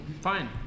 fine